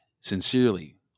Sincerely